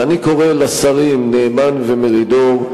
ואני קורא לשרים נאמן ומרידור,